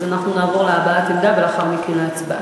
אז אנחנו נעבור להבעת עמדה ולאחר מכן להצבעה.